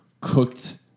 cooked